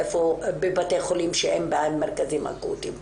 בבתי-חולים שאין בהם מרכזים אקוטיים,